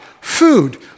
Food